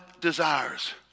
desires